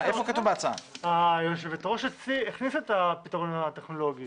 היושבת-ראש הכניסה את הפתרון הטכנולוגי.